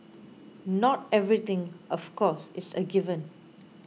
not everything of course is a given